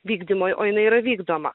vykdymui o jinai yra vykdoma